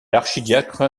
l’archidiacre